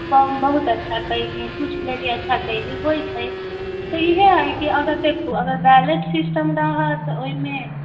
बहुत अच्छा कयली पूछ लेली अच्छा कयली होइ छै तऽ इहे हय कि अगर देखू अगर बैलेट सिस्टम रहत ओहिमे